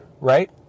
Right